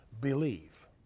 believe